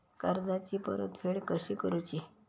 कर्जाची परतफेड कशी करुची?